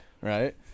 right